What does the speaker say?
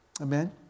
Amen